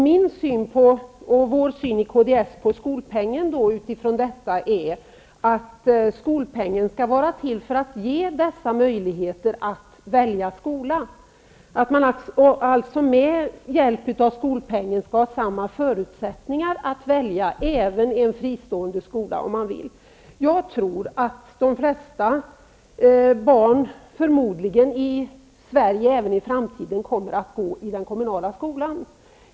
Min och vår syn i kds på skolpengen är att skolpengen skall vara till för att ge alla möjligheter att välja skola, att man alltså med hjälp av skolpengen skall ha samma förutsättningar att välja även en fristående skola. Jag tror att de flesta barn i Sverige förmodligen även i framtiden kommer att gå i den kommunala skolan.